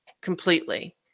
completely